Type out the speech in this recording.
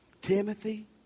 Timothy